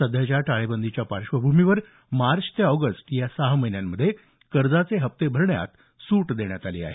सध्याच्या टाळेबंदीच्या पार्श्वभूमीवर मार्च ते ऑगस्ट या सहा महिन्यांमध्ये कर्जाचे हप्ते भरण्यात सूट देण्यात आली आहे